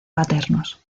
paternos